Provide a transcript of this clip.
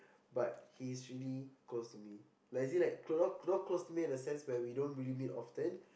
but he is really close to me like as in like close not close to me in the sense where we don't really meet often